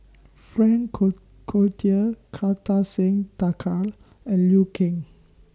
Frank Co Cloutier Kartar Singh Thakral and Liu Kang